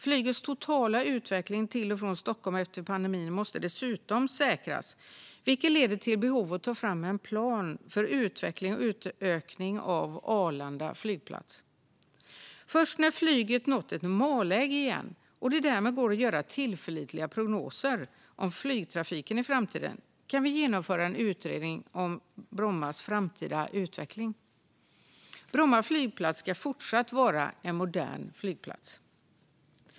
Flygtrafikens totala utveckling till och från Stockholm efter pandemin måste dessutom säkras, vilket leder till ett behov av att ta fram en plan för utveckling och utökning av Arlanda flygplats. Först när flyget nått ett normalläge igen, och det därmed går att göra tillförlitliga prognoser om flygtrafiken i framtiden, kan vi genomföra en utredning om Brommas framtida utveckling. Bromma flygplats ska fortsatt vara en modern flygplats.